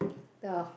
the